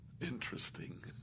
Interesting